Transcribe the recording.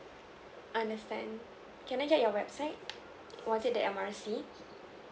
understand can I get your website was it the M R C